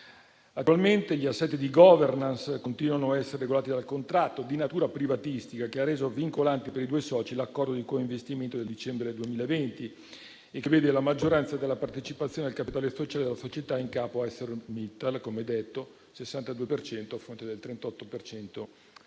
Attualmente, gli assetti di *governance* continuano a essere regolati dal contratto di natura privatistica che ha reso vincolante per i due soci l'accordo di coinvestimento del dicembre 2020 e che vede la maggioranza della partecipazione al capitale della società in capo a ArcelorMittal al 62 per cento,